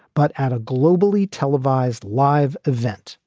but at a globally televised live event,